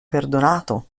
perdonato